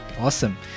awesome